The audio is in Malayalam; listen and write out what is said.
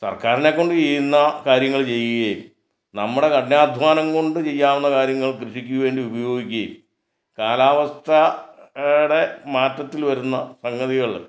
സർക്കാരിനെ കൊണ്ട് ചെയ്യുന്ന കാര്യങ്ങൾ ചെയ്യുകയും നമ്മുടെ കഠിനാധ്വാനം കൊണ്ട് ചെയ്യാവുന്ന കാര്യങ്ങൾ കൃഷിക്ക് വേണ്ടി ഉപയോഗിക്കുകയും കാലാവസ്ഥയുടെ മാറ്റത്തിൽ വരുന്ന സംഗതികൾ